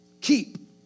keep